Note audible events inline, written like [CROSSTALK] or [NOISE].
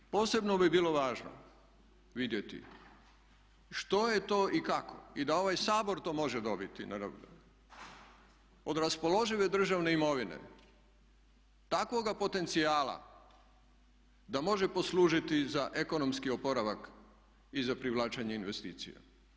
I s druge strane, posebno bi bilo važno vidjeti što je to i kako i da ovaj Sabor to može dobiti … [UNINTELLIGIBLE] od raspoložive državne imovine, takvoga potencijala da može poslužiti za ekonomski oporavak i za privlačenje investicija.